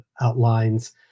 outlines